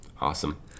Awesome